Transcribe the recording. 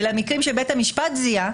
אלא גם מקרים שבית המשפט זיהה.